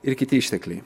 ir kiti ištekliai